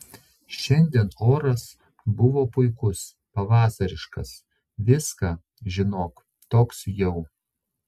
šiandien oras buvo puikus pavasariškas viską žinok toks jau